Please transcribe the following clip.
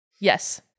Yes